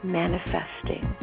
manifesting